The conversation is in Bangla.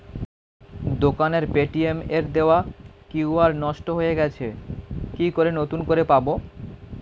দোকানের পেটিএম এর দেওয়া কিউ.আর নষ্ট হয়ে গেছে কি করে নতুন করে পাবো?